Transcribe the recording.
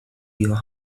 your